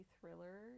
thriller